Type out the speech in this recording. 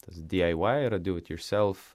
tas di ai vai yra diu it jorself